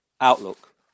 outlook